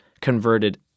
converted